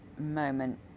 moment